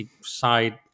Side